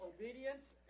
obedience